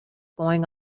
going